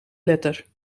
letter